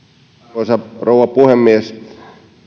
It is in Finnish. arvoisa rouva puhemies